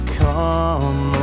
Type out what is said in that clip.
come